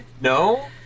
No